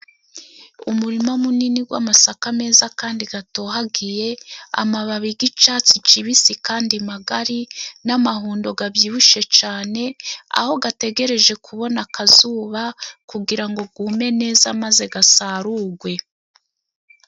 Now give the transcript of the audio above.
Umurima munini gw'amasaka meza kandi gatohagiye, amababi g'icatsi cibisi kandi magari n'amahundo gabyibushe cane, aho gategereje kubona akazuba kugira ngo gwume neza maze gasarugwe.